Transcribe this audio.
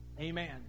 Amen